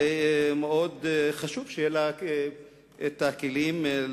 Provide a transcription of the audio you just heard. זה חשוב מאוד שיהיו לה הכלים לעמוד,